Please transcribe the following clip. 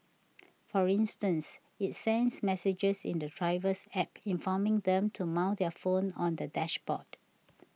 for instance it sends messages in the driver's App informing them to mount their phone on the dashboard